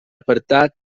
apartat